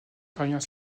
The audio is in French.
parvient